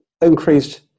increased